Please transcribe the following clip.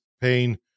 pain